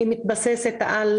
התכנית מתבססת על